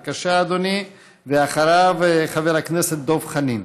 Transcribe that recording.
בבקשה, אדוני, ואחריו, חבר הכנסת דב חנין.